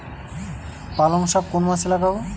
পালংশাক কোন মাসে লাগাব?